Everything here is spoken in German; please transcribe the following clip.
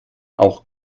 auch